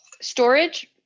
storage